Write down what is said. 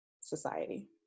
society